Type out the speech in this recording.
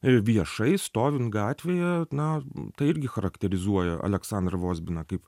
viešai stovint gatvėje na tai irgi charakterizuoja aleksandrą vozbiną kaip